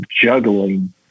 juggling